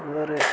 और